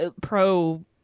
pro-